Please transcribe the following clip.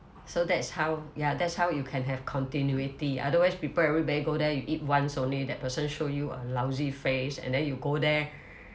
so that's how ya that's how you can have continuity otherwise people everybody go there you eat once only that person show you a lousy face and then you go there